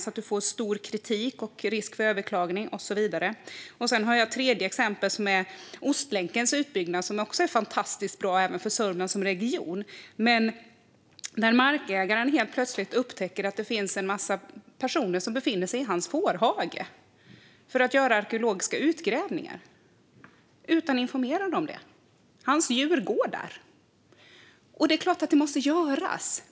Det leder till stark kritik, risk för överklaganden och så vidare. Ett tredje exempel är Ostlänkens utbyggnad. Den är fantastiskt bra för Sörmland som region. Men plötsligt upptäcker en markägare att en massa personer befinner sig i hans fårhage, där hans djur går, för att göra arkeologiska utgrävningar. Det har ingen informerat om. Det är klart att utgrävningarna måste göras.